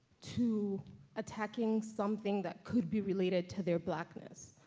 to attacking something that could be related to their blackness.